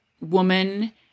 woman